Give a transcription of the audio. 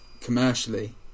commercially